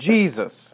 Jesus